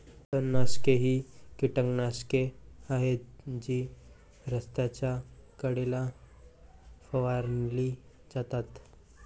तणनाशके ही कीटकनाशके आहेत जी रस्त्याच्या कडेला फवारली जातात